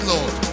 Lord